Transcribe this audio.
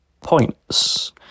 points